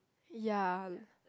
ya